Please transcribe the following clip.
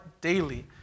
daily